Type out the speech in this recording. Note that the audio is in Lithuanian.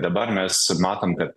dabar mes matom kad